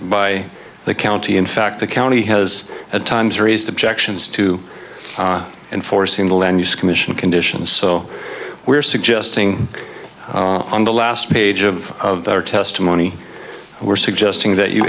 by the county in fact the county has at times raised objections to enforcing the land use commission conditions so we're suggesting on the last page of of their testimony we're suggesting that you